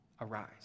arise